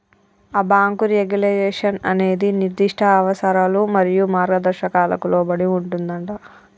ఆ bank regulation అనేది నిర్దిష్ట అవసరాలు మరియు మార్గదర్శకాలకు లోబడి ఉంటుందంటా